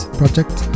project